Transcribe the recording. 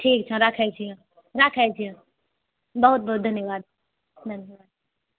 ठीक छौ राखै छियौं राखै छियौं बहुत बहुत धन्यवाद